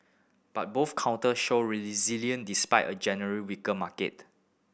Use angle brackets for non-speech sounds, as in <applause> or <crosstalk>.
but both counters showed <unintelligible> despite a general weaker market